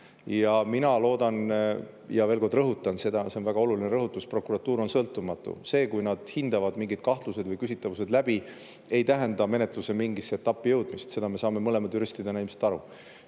Ja ma loodan ja veel kord rõhutan seda – see on väga oluline rõhutus! –, et prokuratuur on sõltumatu. See, kui nad hindavad mingeid kahtlusi või küsitavusi, ei tähenda menetluse mingisse etappi jõudmist. Seda me saame mõlemad juristidena ilmselt aru.